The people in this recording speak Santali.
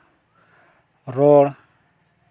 ᱨᱚᱲ